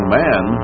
man